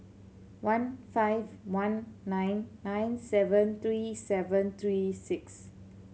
one five one nine nine seven three seven three six